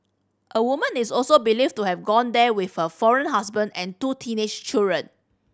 a woman is also believed to have gone there with her foreign husband and two teenage children